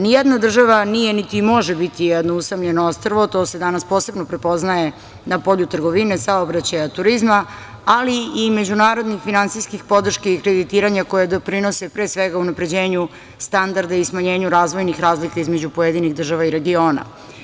Ni jedna država nije, niti može biti jedno usamljeno ostrvo, to se danas posebno prepoznaje na polju trgovine, saobraćaja, turizma, ali i međunarodnih finansijskih podrški i kreditiranja koje doprinose pre svega unapređenju standarda i smanjenju razvojnih razlika između pojedinih država i regiona.